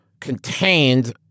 contained